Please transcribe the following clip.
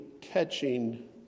catching